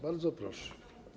Bardzo proszę.